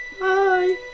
Bye